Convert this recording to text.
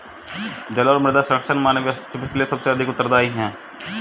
जल और मृदा संरक्षण मानवीय हस्तक्षेप के लिए सबसे अधिक उत्तरदायी हैं